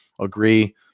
agree